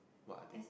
what are they